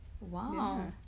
Wow